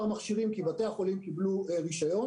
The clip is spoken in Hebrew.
מכשירים כי בתי החולים קיבלו רישיון.